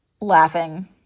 laughing